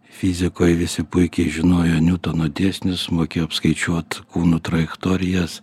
fizikoj visi puikiai žinojo niutono dėsnius mokėjo apskaičiuot kūnų trajektorijas